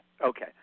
okay